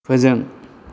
फोजों